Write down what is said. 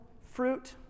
fruit